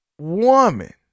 woman